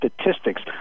statistics